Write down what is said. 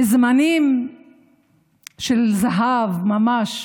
בזמנים של זהב ממש,